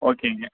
ஓகேங்க